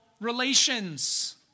relations